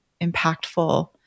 impactful